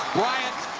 bryant,